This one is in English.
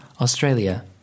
Australia